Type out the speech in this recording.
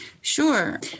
Sure